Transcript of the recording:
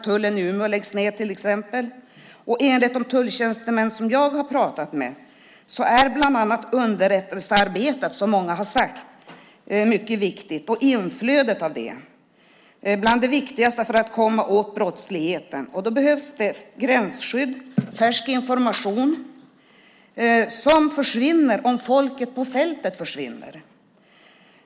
Tullen i Umeå läggs ned, till exempel. Enligt de tulltjänstemän jag har pratat med är bland annat underrättelsearbetet och inflödet av det mycket viktigt för att komma åt brottsligheten. Då behövs gränsskydd och färsk information. Det försvinner om folket på fältet försvinner.